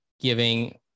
giving